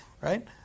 right